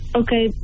okay